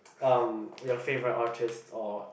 um your favourite artist or